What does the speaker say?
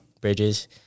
Bridges